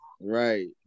Right